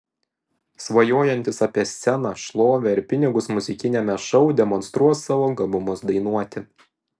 svajojantys apie sceną šlovę ir pinigus muzikiniame šou demonstruos savo gabumus dainuoti